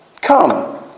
Come